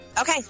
Okay